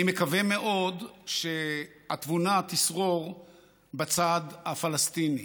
אני מקווה מאוד שהתבונה תשרור בצד הפלסטיני.